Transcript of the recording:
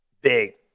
Big